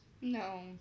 No